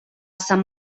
sant